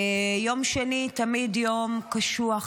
יום שני הוא תמיד יום קשוח,